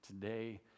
today